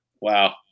Wow